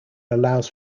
allows